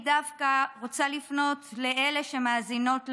אני דווקא רוצה לפנות לאלה שמאזינות לנו,